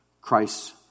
Christ